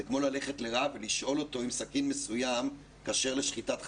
זה כמו ללכת לרב ולשאול אותו אם סכין מסוים כשר לשחיטת חזיר.